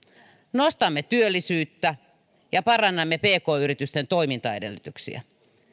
nostamme työllisyyttä ja parannamme pk yritysten toimintaedellytyksiä